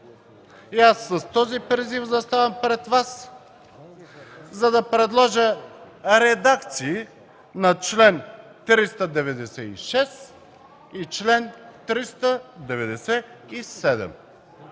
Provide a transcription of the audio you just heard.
аз с този призив заставам пред Вас, за да предложа редакции на чл. 396 и чл. 397.